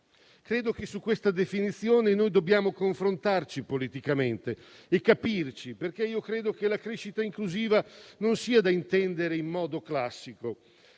Credo che su questa definizione dobbiamo confrontarci politicamente e capirci, perché credo che la crescita inclusiva non sia da intendere in modo classico: